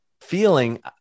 feeling